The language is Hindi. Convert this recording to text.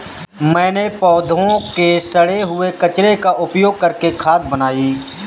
मैंने पौधों के सड़े हुए कचरे का उपयोग करके खाद बनाई